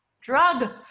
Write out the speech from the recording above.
drug